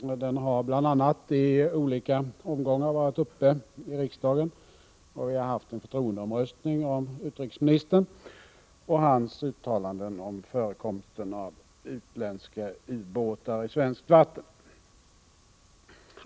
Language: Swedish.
Den har bl.a. i olika omgångar varit uppe till behandling i riksdagen, och vi har haft en förtroendeomröstning om utrikesministern med anledning av hans uttalanden om förekomsten av utländska ubåtar i svenskt vatten.